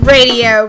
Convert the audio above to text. Radio